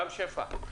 רם שפע.